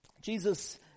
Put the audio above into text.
Jesus